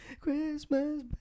Christmas